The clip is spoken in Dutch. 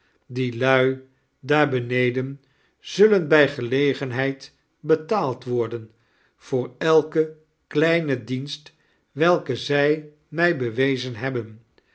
die lui daar beneden zullen bij gelegenheid betaald worden voor elken kleiruen dienst welken zij mij bewezen hebben